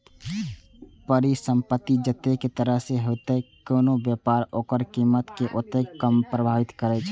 परिसंपत्ति जतेक तरल हेतै, कोनो व्यापार ओकर कीमत कें ओतेक कम प्रभावित करतै